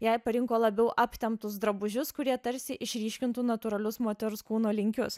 jai parinko labiau aptemptus drabužius kurie tarsi išryškintų natūralius moters kūno linkius